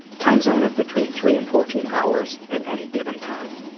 time zone of between three and fourteen hours at any given time.